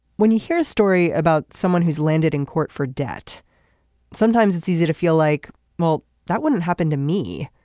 when you hear a story about someone who's landed in court for debt sometimes it's easy to feel like well that wouldn't happen to me.